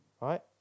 right